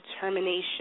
determination